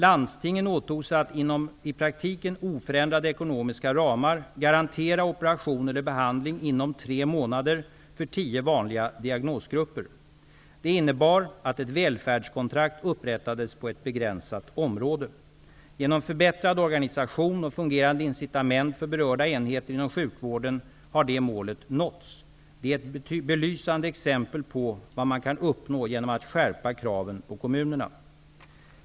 Landstingen åtog sig att inom i praktiken oförändrade ekonomiska ramar garantera operation eller behandling inom tre månader för tio vanliga diagnosgrupper. Det innebar att ett välfärdskontrakt upprättades på ett begränsat område. Genom förbättrad organisation och fungerande incitament för berörda enheter inom sjukvården har det målet nåtts. Det är ett belysande exempel på vad man kan uppnå genom att skärpa kraven på kommunerna.